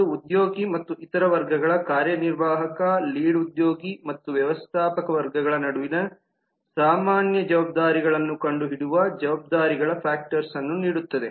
ಅದು ಉದ್ಯೋಗಿ ಮತ್ತು ಇತರ ವರ್ಗಗಳಾದ ಕಾರ್ಯನಿರ್ವಾಹಕ ಲೀಡ್ ಉದ್ಯೋಗಿ ಮತ್ತು ವ್ಯವಸ್ಥಾಪಕರ ವರ್ಗಗಳ ನಡುವಿನ ಸಾಮಾನ್ಯ ಜವಾಬ್ದಾರಿಗಳನ್ನು ಕಂಡುಹಿಡಿಯುವ ಜವಾಬ್ದಾರಿಗಳ ಫ್ಯಾಕ್ಟರ್ಸ್ ನ್ನು ನೀಡುತ್ತದೆ